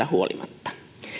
huolimatta